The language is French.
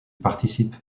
participe